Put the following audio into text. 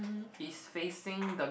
is facing the